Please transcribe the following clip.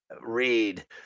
read